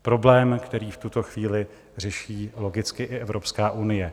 Problém, který v tuto chvíli řeší logicky i Evropská unie.